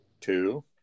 Two